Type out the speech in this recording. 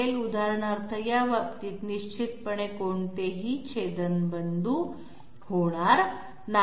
उदाहरणार्थ या बाबतीत निश्चितपणे कोणतेही छेदनपॉईंट होणार नाहीत